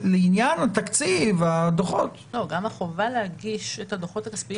גם החובה להגיש את הדוחות הכספיים.